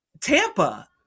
Tampa